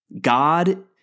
God